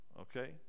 okay